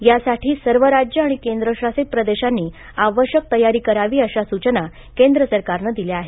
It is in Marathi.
यासाठी सर्व राज्य आणि केंद्र शासित प्रदेशांनी आवश्यक तयारी करावी अशा सूचना केंद्र सरकारनं दिल्या आहेत